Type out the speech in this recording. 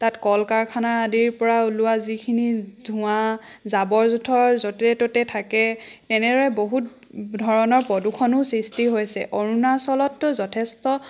তাত কল কাৰাখানা আদিৰ পৰা ওলোৱা লেতেৰা যিখিনি ধোঁৱা জাবৰ জোঁথৰ য'তে ত'তে থাকে তেনেদৰে বহুত ধৰণৰ প্ৰদূষণো সৃষ্টি হৈছে অৰুণাচলততো যথেষ্ট